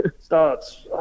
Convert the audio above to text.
Starts